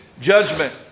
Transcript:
judgment